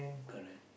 correct